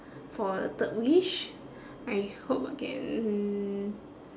for third wish I hope I can